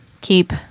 Keep